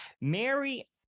Mary